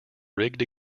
rigged